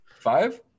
Five